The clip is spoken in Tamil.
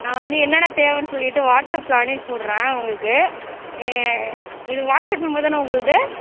நான் வந்து என்னென்ன தேவைன்னு சொல்லிவிட்டு வாட்ஸப்பில் அனுப்பி விட்றேன் உங்களுக்கு இது வாட்ஸப் நம்பர் தானே உங்களுது